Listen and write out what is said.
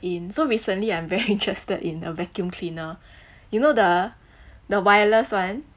in so recently I'm very interested in a vacuum cleaner you know the the wireless one